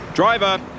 Driver